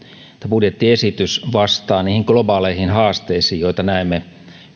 budjettiesitys vastaa niihin globaaleihin haasteisiin joita näemme